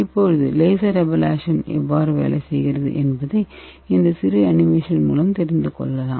இப்போது laser ablation எவ்வாறு வேலை செய்கிறது என்பதை இந்த சிறு அனிமேஷன் மூலம் தெரிந்து கொள்ளலாம்